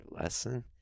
lesson